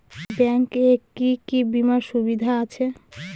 Bank এ কি কী বীমার সুবিধা আছে?